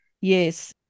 Yes